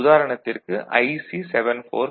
உதாரணத்திற்கு IC 7451